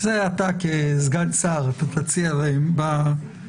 זה אתה כסגן שר, אתה תציע להם בהמשך.